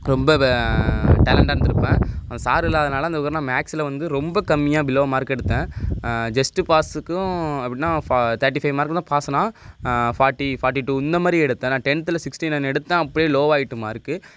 ரொம்ப வ டேலண்டாக இருந்து இருப்பேன் அந்த சாரு இல்லாதனால் அதுக்கப்புறோம் நான் மேக்ஸில் வந்து ரொம்ப கம்மியாக பிலோ மார்க் எடுத்தேன் ஜெஸ்ட்டு பாஸ்ஸுக்கும் அப்படின்னா ஃபா தேர்ட்டி ஃபை மார்க்கு தான் பாஸுன்னா ஃபார்ட்டி ஃபார்ட்டி டூ இந்த மாதிரி எடுத்தேன் நான் டென்த்தில் சிக்ஸ்ட்டி நைன் எடுத்தேன் அப்படியே லோவாயிட்டு மார்க்கு